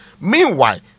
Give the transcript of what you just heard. Meanwhile